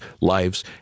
lives